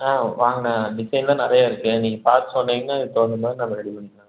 ஆ வாங்கண்ணா டிசைனுலாம் நிறைய இருக்குது நீங்கள் பார்த்து சொன்னிங்கனா அதுக்கு தகுந்த மாதிரி நாம் ரெடி பண்ணிக்கலாம்